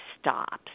stops